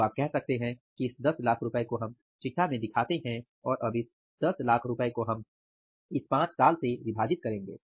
तो आप कह सकते हैं कि इस 1000000 रुपये को हम चिटठा बैलेंस शीट में दिखाते है और अब इस 1000000 रुपये को हम इस 5 साल से विभाजित करेंगे